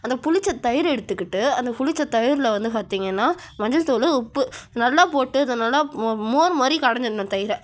அந்த புளித்த தயிர் எடுத்துக்கிட்டு அந்த புளித்த தயிரில் வந்து பார்த்திங்கன்னா மஞ்சத்தூள் உப்பு நல்லா போட்டு இதை நல்லா மோர் மாதிரி கடைஞ்சிக்குணும் தயிரை